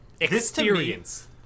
Experience